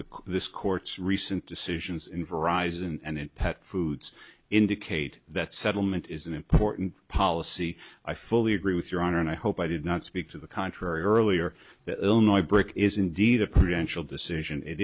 the this court's recent decisions in viruses and in pet foods indicate that settlement is an important policy i fully agree with your honor and i hope i did not speak to the contrary earlier that illinois brick is indeed a potential decision it